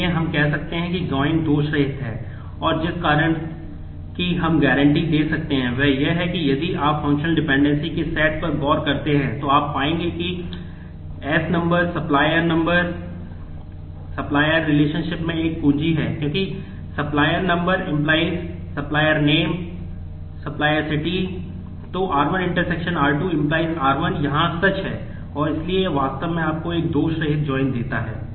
इसलिए हम कहते हैं कि ज्वाइन देता है